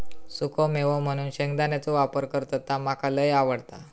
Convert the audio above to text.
सुखो मेवो म्हणून शेंगदाण्याचो वापर करतत ता मका लय आवडता